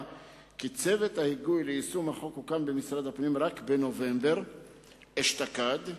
כי צוות ההיגוי ליישום החוק הוקם במשרד הפנים רק בנובמבר אשתקד,